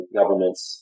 governments